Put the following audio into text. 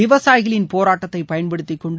விவசாயிகளின் போராட்டத்தை பயன்படுத்திக் கொண்டு